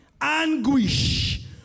anguish